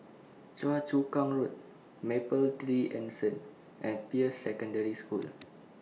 Choa Chu Kang Road Mapletree Anson and Peirce Secondary School